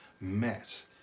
met